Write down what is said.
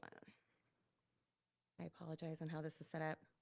um i apologize on how this is set up.